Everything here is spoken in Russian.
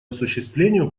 осуществлению